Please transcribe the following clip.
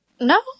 No